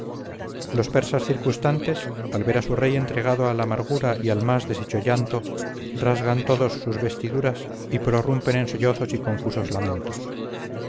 los persas circunstantes al ver a su rey entregado a la amargura y al más deshecho llanto rasgan todos sus vestiduras y prorrumpen en sollozos y contusos lamentos